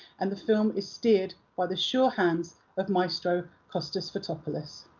and the film is steered by the sure hands of maestro costas fotopoulos.